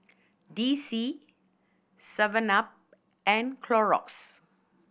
D C seven Up and Clorox